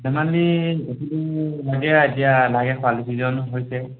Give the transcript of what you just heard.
বস্তুটো লাগে আৰু এতিয়া লাগে খৰালি টিজনো হৈছে